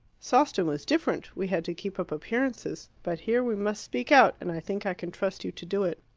sawston was different we had to keep up appearances. but here we must speak out, and i think i can trust you to do it.